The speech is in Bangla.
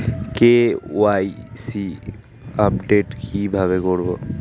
কে.ওয়াই.সি আপডেট কি ভাবে করবো?